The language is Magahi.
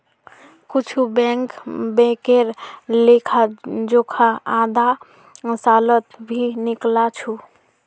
कुछु बैंक बैंकेर लेखा जोखा आधा सालत भी निकला छ